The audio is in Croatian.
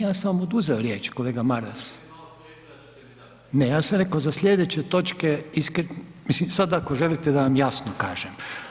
Ja sam vam oduzeo riječ, kolega Maras. … [[Upadica sa strane, ne razumije se.]] Ne, ja sam rekao za slijedeće točke, mislim, sad ako želite da vam jasno kažem.